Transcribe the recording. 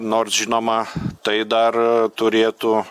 nors žinoma tai dar turėtų